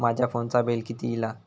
माझ्या फोनचा बिल किती इला?